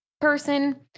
person